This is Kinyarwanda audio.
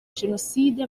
jenoside